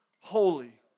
holy